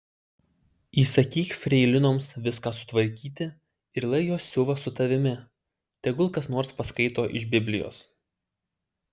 įsakyk freilinoms viską sutvarkyti ir lai jos siuva su tavimi tegul kas nors paskaito iš biblijos